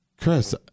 Chris